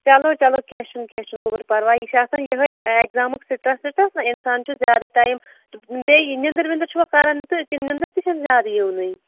چلو چلو کینٛہہ چھُنہٕ کینٛہہ چھُنہٕ گوٚبُر پرواے یہِ چھِ آسان یِہٕے اٮ۪کزامُک سٕٹرٛٮ۪س وٕٹرٛٮ۪س نہٕ اِنسان چھُ زیادٕ ٹایم بیٚیہِ نیٚنٛدٕر وینٛدٕر چھُوا کَران تہٕ کِنہٕ نیٚنٛدٕر تہِ چھَنہٕ زیادٕ یِونٕے